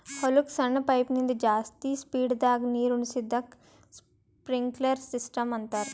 ಹೊಲಕ್ಕ್ ಸಣ್ಣ ಪೈಪಿನಿಂದ ಜಾಸ್ತಿ ಸ್ಪೀಡದಾಗ್ ನೀರುಣಿಸದಕ್ಕ್ ಸ್ಪ್ರಿನ್ಕ್ಲರ್ ಸಿಸ್ಟಮ್ ಅಂತಾರ್